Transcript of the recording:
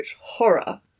Horror